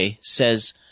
says